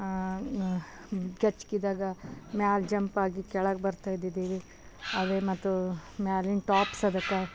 ಗಚ್ಕಿದಾಗ ಮೇಲೆ ಜಂಪಾಗಿ ಕೆಳಗೆ ಬರ್ತಾಯಿದ್ದಿದ್ದೆವು ಹಾಗೆ ಮತ್ತು ಮ್ಯಾಲಿನ ಟಾಪ್ಸ್ ಅದಕ್ಕೆ